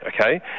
okay